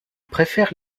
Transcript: préfère